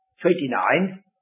twenty-nine